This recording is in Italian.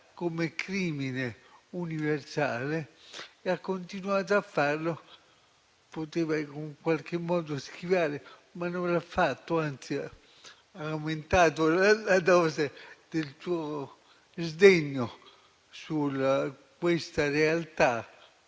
come crimine universale e ha continuato a farlo. Poteva in qualche modo schivare, ma non lo ha fatto, e anzi ha aumentato la dose del suo sdegno su questa realtà.